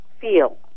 feel